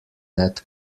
that